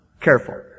careful